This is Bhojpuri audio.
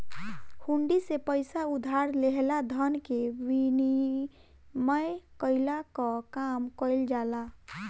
हुंडी से पईसा उधार लेहला धन के विनिमय कईला कअ काम कईल जाला